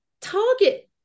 target